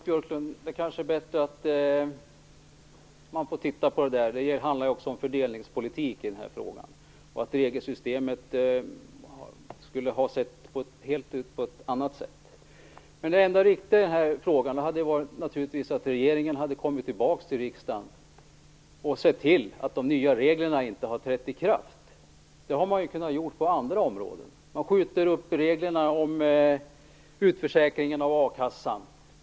Herr talman! Det är kanske bättre att någon får titta på detta. Det handlar också om fördelningspolitik och att regelsystemet skulle ha sett ut på ett helt annat sätt. Det enda riktiga hade varit att regeringen hade kommit tillbaka till riksdagen och sett till att de nya reglerna inte hade trätt i kraft. Det har man kunnat göra på andra områden. Man skjuter upp reglerna om utförsäkringen i a-kassan.